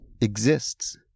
exists